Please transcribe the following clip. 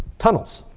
tunnels.